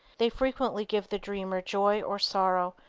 they frequently give the dreamer joy or sorrow,